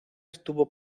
estuvo